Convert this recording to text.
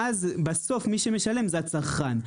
ואז, בסוף, מי שמשלם זה הצרכן.